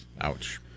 Ouch